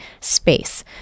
space